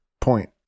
point